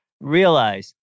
Realize